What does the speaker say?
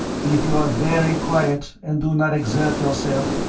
if you are very quiet and do not exert yourself,